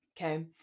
Okay